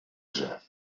drzew